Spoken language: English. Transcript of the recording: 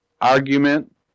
argument